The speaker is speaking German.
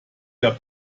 der